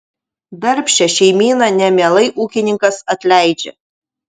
darbščią šeimyną nemielai ūkininkas atleidžia